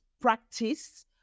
practice